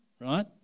right